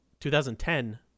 2010